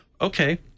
Okay